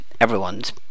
everyone's